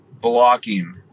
blocking